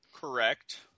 correct